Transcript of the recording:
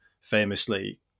famously